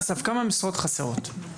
אסף, כמה משרות חסרות?